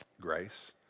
grace